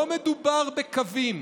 לא מדובר בקווים,